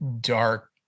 dark